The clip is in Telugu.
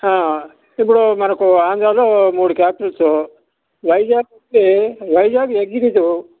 ఇపుడు మనకు ఆంధ్రాలో మూడు క్యాపిటల్స్ వైజాగ్ వచ్చి వైజాగ్ ఎగ్జిక్యూటివ్